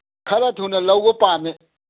ꯈꯔ ꯊꯨꯅ ꯂꯧꯕ ꯄꯥꯝꯃꯦ